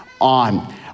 on